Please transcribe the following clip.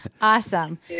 awesome